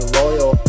loyal